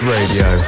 Radio